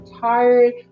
tired